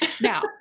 Now